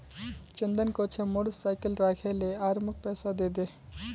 चंदन कह छ मोर साइकिल राखे ले आर मौक पैसा दे दे